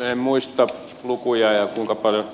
en muista lukuja ja sitä kuinka paljon